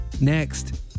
Next